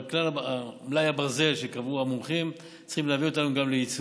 אבל מלאי הברזל שיקבעו המומחים צריכים להביא אותנו גם ליבוא.